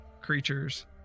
creatures